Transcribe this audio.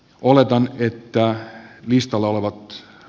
oletan viittaa viistovalvot